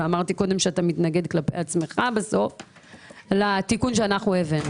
ואמרתי קודם שאתה בסוף מתנגד כלפי עצמך לתיקון שאנחנו הבאנו.